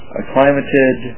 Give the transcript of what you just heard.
acclimated